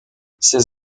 ses